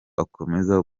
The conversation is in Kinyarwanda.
akomeza